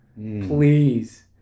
Please